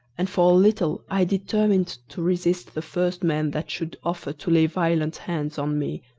and for a little i determined to resist the first man that should offer to lay violent hands on me,